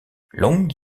long